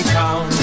town